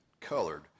colored